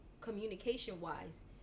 communication-wise